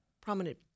prominent